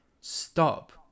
stop